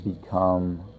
become